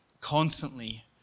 constantly